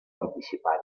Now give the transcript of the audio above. participant